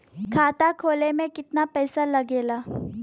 खाता खोले में कितना पैसा लगेला?